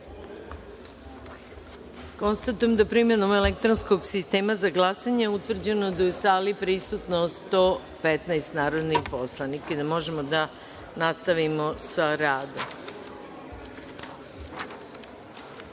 da je primenom elektronskog sistema za glasanje je utvrđeno da je u sali prisutno 115 narodna poslanika i da možemo da nastavimo sa